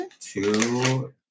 Two